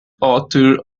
author